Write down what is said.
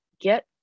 get